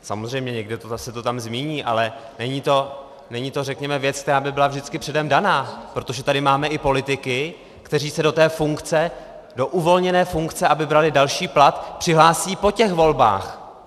Samozřejmě někde se to tam zmíní, ale není to řekněme věc, která by byla vždycky předem daná, protože tady máme i politiky, kteří se do té funkce, do uvolněné funkce, aby brali další plat, přihlásí po těch volbách.